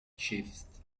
shifts